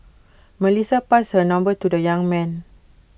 Melissa passed her number to the young man